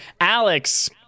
Alex